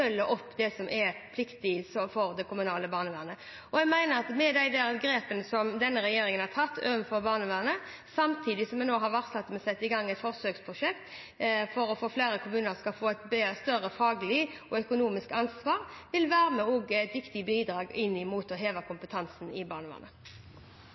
følger opp pliktene for det kommunale barnevernet. Jeg mener at de grepene som denne regjeringen har tatt overfor barnevernet, samtidig som vi nå har varslet at vi skal sette i gang et forsøksprosjekt for at flere kommuner skal få et større faglig og økonomisk ansvar, også vil være et viktig bidrag til å heve kompetansen i barnevernet.